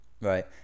right